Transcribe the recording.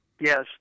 yes